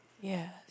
Yes